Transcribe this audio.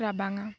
ᱨᱟᱵᱟᱝᱟ